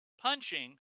punching